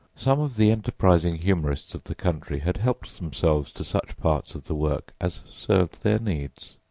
some of the enterprising humorists of the country had helped themselves to such parts of the work as served their needs,